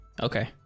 Okay